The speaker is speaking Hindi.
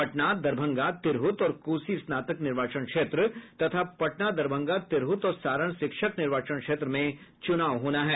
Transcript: पटना दरभंगा तिरहुत और कोसी स्नातक निर्वाचन क्षेत्र तथा पटना दरभंगा तिरहुत और सारण शिक्षक निर्वाचन क्षेत्र में चुनाव होना है